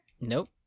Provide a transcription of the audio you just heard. Nope